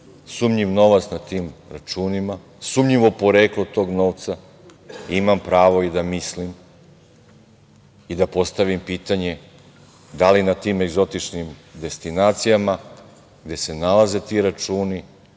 sumnjiv novac na tim računima, sumnjivo poreklo tog novca, imam pravo i da mislim i da postavim pitanje – da li na tim egzotičnim destinacijama gde se nalaze ti računi